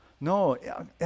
no